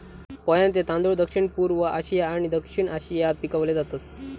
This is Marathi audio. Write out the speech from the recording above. पोह्यांचे तांदूळ दक्षिणपूर्व आशिया आणि दक्षिण आशियात पिकवले जातत